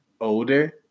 older